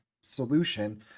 solution